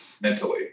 mentally